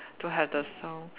to have the sound